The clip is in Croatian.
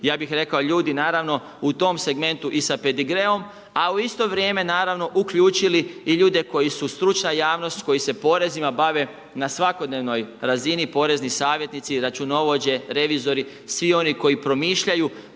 ja bih rekao ljudi naravno u tom segmentu i sa pedigreom a u isto vrijeme naravno uključili i ljude koji su stručna javnost koji se porezima bave na svakodnevnoj razini, porezni savjetnici, računovođe, revizori, svi oni koji promišljaju